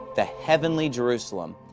the heavenly jerusalem,